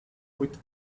with